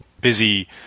busy –